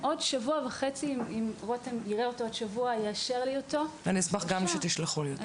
שוב, אני מדבר בשם ראשון כרגע, אני